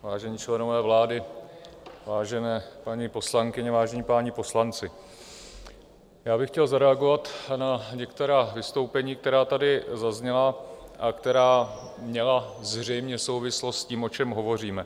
Vážení členové vlády, vážené paní poslankyně, vážení páni poslanci, já bych chtěl zareagovat na některá vystoupení, která tady zazněla a která měla zřejmě souvislost s tím, o čem hovoříme.